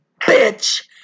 Bitch